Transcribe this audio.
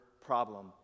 problem